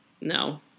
no